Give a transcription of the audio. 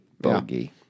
Bogey